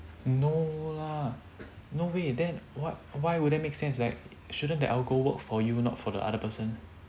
no lah no way then what why wouldn't make sense like shouldn't the algo work for you not for the other person